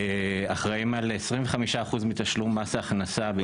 אחראים על 25% מתשלום מס ההכנסה בישראל.